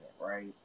right